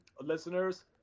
listeners